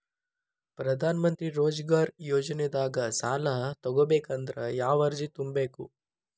ಪ್ರಧಾನಮಂತ್ರಿ ರೋಜಗಾರ್ ಯೋಜನೆದಾಗ ಸಾಲ ತೊಗೋಬೇಕಂದ್ರ ಯಾವ ಅರ್ಜಿ ತುಂಬೇಕು?